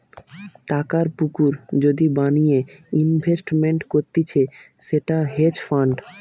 টাকার পুকুর যদি বানিয়ে ইনভেস্টমেন্ট করতিছে সেটা হেজ ফান্ড